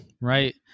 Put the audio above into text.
right